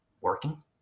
working